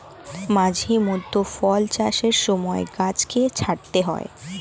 মাঝে মধ্যে ফল চাষের সময় গাছকে ছাঁটতে হয়